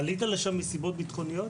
עלית לשם מסיבות ביטחון?